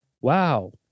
wow